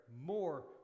more